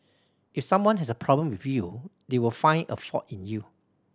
if someone has a problem with you they will find a fault in you